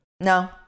No